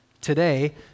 today